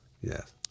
Yes